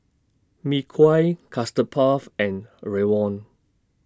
Mee Kuah Custard Puff and Rawon